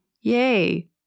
yay